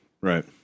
right